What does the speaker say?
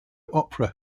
opera